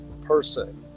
person